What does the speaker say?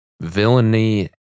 villainy